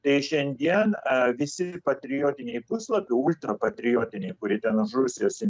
tai šiandien a visi patriotiniai puslapiai ultrapatriotiniai kurie ten už rusijos im